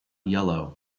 yellow